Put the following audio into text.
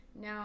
Now